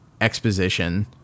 exposition